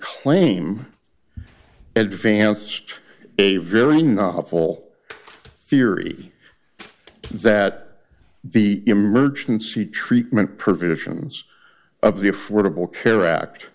claim advanced a very novel theory that the emergency treatment provisions of the affordable care act